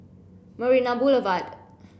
Marina Boulevard